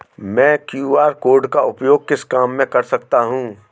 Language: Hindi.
मैं क्यू.आर कोड का उपयोग किस काम में कर सकता हूं?